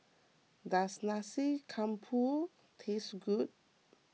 does Nasi Campur tastes good